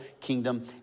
kingdom